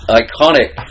iconic